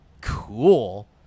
Cool